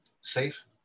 safe